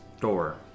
door